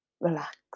relax